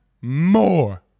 more